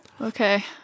okay